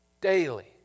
daily